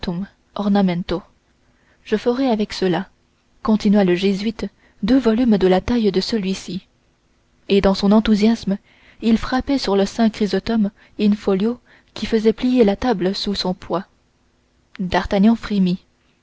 je ferais avec cela continua le jésuite deux volumes de la taille de celui-ci et dans son enthousiasme il frappait sur le saint chrysostome in-folio qui faisait plier la table sous son poids d'artagnan